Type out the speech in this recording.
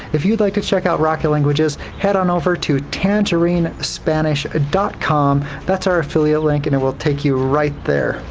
if you'd like to check out rocket languages head on over to tangerinespanish ah dot com that's our affiliate link and it will take you right there.